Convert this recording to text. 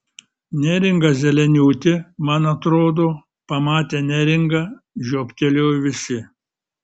neringa zeleniūtė man atrodo pamatę neringą žiobtelėjo visi